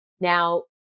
Now